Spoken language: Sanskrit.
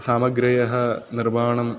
सामग्र्यः निर्माणं